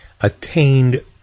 attained